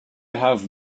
have